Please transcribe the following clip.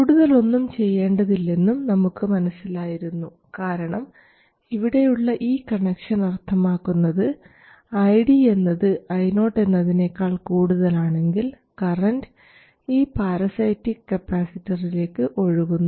കൂടുതലൊന്നും ചെയ്യേണ്ടതില്ലെന്നും നമുക്ക് മനസ്സിലായിരുന്നു കാരണം ഇവിടെയുള്ള ഈ കണക്ഷൻ അർത്ഥമാക്കുന്നത് ID എന്നത് Io എന്നതിനേക്കാൾ കൂടുതലാണെങ്കിൽ കറൻറ് ഈ പാരസൈറ്റിക് കപ്പാസിറ്ററിലേക്ക് ഒഴുകുന്നു